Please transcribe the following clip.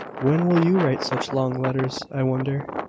when will you write such long letters, i wonder?